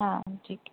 हां ठीक आहे